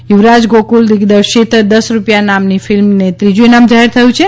યુવરાજ ગોકુલ દિગદર્શિત દસ રૂપિયા નામની ફિલ્મને ત્રીજું ઇનામ જાહેર થયું છે